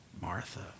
Martha